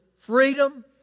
freedom